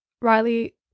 Riley